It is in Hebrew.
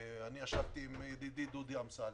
ישבתי עם ידידי דודי אמסלם.